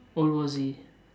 world war Z